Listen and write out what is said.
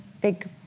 big